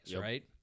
right